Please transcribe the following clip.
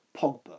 Pogba